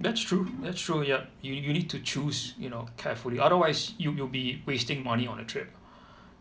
that's true that's true yup you you need to choose you know carefully otherwise you you'll be wasting money on the trip